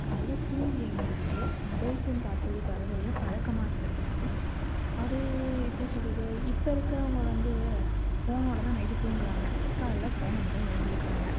காலைல தூங்கி எழுந்திரித்து மொபைல் ஃபோன் பார்ப்பது பலருடைய பழக்கமாக இருக்குது அது எப்படி சொல்கிறது இப்போ இருக்கறவங்க வந்து ஃபோனோடு தான் நைட்டு தூங்குறாங்க காலைல ஃபோனோடு தான் எழுந்துரிக்கறாங்க